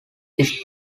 this